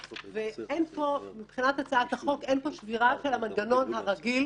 ואין פה מבחינת הצעת החוק שבירה של המנגנון הרגיל,